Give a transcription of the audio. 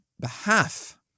behalf